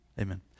Amen